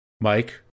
Mike